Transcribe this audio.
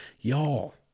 Y'all